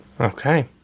Okay